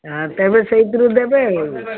ହଁ ତେବେ ସେଇଥିରୁ ଦେବେ ଆଉ